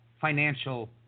Financial